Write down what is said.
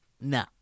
No